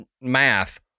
math